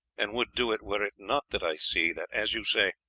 and would do it were it not that i see that, as you say,